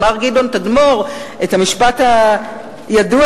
אמר גדעון תדמור את המשפט הידוע,